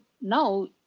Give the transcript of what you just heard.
now